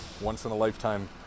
once-in-a-lifetime